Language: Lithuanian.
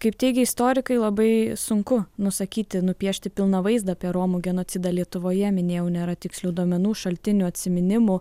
kaip teigia istorikai labai sunku nusakyti nupiešti pilną vaizdą apie romų genocidą lietuvoje minėjau nėra tikslių duomenų šaltinių atsiminimų